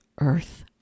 earth